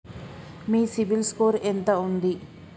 మీ CIBIL score ఎంత ఉంది?